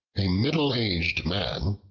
a middle-aged man,